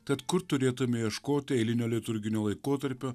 tad kur turėtume ieškoti eilinio liturginio laikotarpio